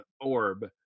orb